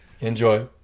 Enjoy